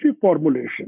formulation